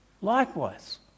likewise